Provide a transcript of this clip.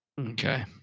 Okay